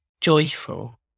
joyful